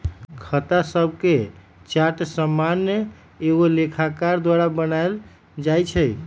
खता शभके चार्ट सामान्य एगो लेखाकार द्वारा बनायल जाइ छइ